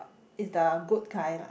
is the good guy lah